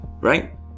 Right